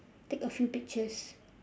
take a few pictures